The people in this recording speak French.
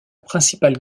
principale